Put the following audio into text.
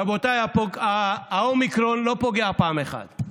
רבותיי, האומיקרון לא פוגע פעם אחת,